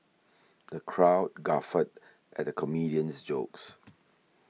the crowd guffawed at the comedian's jokes